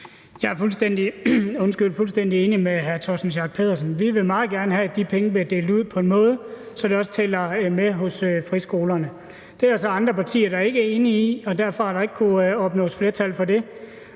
Jeg er fuldstændig enig med hr. Torsten Schack Pedersen. Vi vil meget gerne have, at de penge bliver delt ud på en måde, så de også tæller med hos friskolerne. Det er der så andre partier der ikke er enige i, og derfor har der ikke kunnet opnås flertal for det.